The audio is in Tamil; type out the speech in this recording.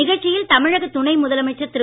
நிகழ்ச்சியில் தமிழகத் துணை முதலமைச்சர் திரு